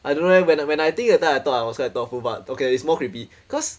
I don't know eh when I when I think that time I thought I was very thoughtful but okay it's more creepy cause